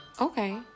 Okay